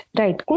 right